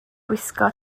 gwisgo